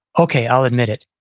okay, i'll admit it.